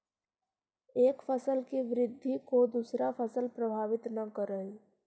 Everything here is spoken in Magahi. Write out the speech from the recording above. एक फसल की वृद्धि को दूसरा फसल प्रभावित न करअ हई